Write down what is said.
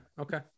Okay